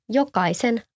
jokaisen